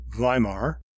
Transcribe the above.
Weimar